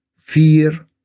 fear